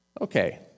Okay